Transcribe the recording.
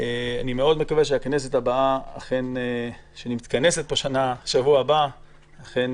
אני מקווה מאוד שהכנסת הבאה שתתכנס בשבוע הבא אכן